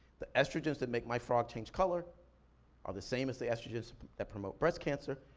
the estrogens that make my frog change color are the same as the estrogens that promote breast cancer